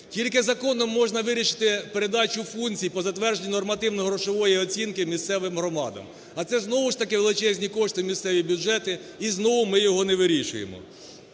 Тільки законом можна вирішити передачу функцій по затвердженню нормативно-грошової оцінки місцевим громадам. А це знову ж таки величезні кошти у місцеві бюджети і знову ми його не вирішуємо.